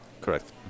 Correct